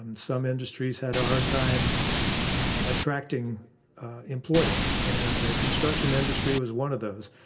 and some industries had a hard time attracting employees, and the construction industry was one of those.